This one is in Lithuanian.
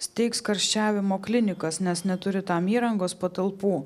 steigs karščiavimo klinikas nes neturi tam įrangos patalpų